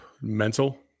Mental